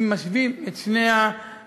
אם משווים את שני המצבים,